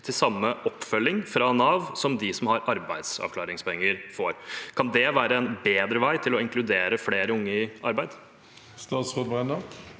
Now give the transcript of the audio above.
til samme oppfølging fra Nav som den de som har arbeidsavklaringspenger, får. Kan det være en bedre vei til å inkludere flere unge i arbeid? Statsråd Tonje